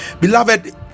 beloved